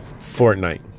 Fortnite